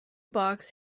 box